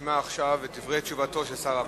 נשמע עכשיו את דברי תשובתו של שר המשפטים,